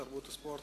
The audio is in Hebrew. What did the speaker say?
התרבות והספורט,